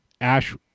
Ash